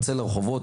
לרחובות.